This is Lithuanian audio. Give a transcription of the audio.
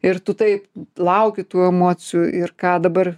ir tu taip lauki tų emocijų ir ką dabar